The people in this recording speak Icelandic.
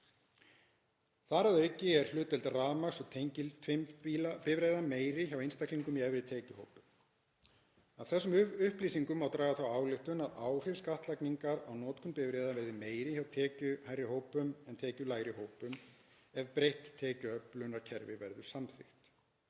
Þar að auki er hlutdeild rafmagns- og tengiltvinnbifreiða meiri hjá einstaklingum í efri tekjuhópum. Af þessum upplýsingum má draga þá ályktun að áhrif skattlagningar á notkun bifreiða verði meiri hjá tekjuhærri hópum en tekjulægri hópum ef breytt tekjuöflunarkerfi verður samþykkt.